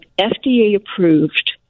FDA-approved